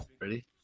Ready